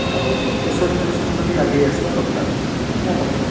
ଆଉ କିଛି ବେସରକାରୀ ସଂସ୍ଥା ବି ଆଗେଇ ଆସିବା ଦରକାର ମୋ ମତରେ